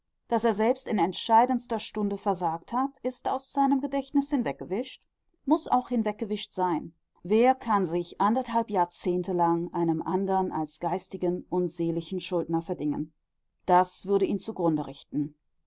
daß er selbst in entscheidender stunde versagt hat ist aus seinem gedächtnis hinweggewischt muß auch hinweggewischt sein wer kann sich anderthalb jahrzehnte lang einem andern als geistigen und seelischen schuldner verdingen das würde ihn zugrunde richten